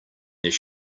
there